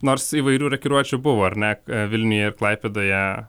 nors įvairių rokiruočių buvo ar ne vilniuje ir klaipėdoje